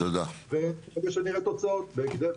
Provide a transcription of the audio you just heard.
ואני מקווה שנראה תוצאות בהקדם.